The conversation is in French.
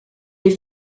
les